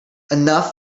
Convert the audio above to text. enough